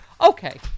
Okay